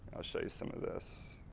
i'll show you some of this.